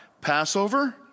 Passover